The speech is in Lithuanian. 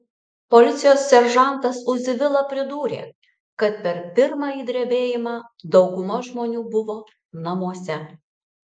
policijos seržantas uzi vila pridūrė kad per pirmąjį drebėjimą dauguma žmonių buvo namuose